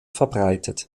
verbreitet